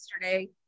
yesterday